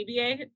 ABA